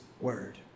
word